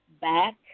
back